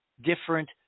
different